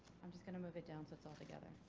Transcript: i'm just going to move it down so it's all together.